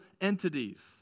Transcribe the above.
entities